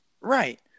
Right